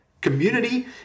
Community